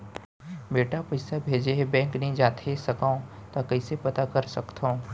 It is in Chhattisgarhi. बेटा पइसा भेजे हे, बैंक नई जाथे सकंव त कइसे पता कर सकथव?